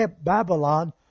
Babylon